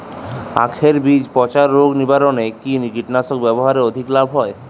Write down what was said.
আঁখের বীজ পচা রোগ নিবারণে কি কীটনাশক ব্যবহারে অধিক লাভ হয়?